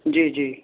جی جی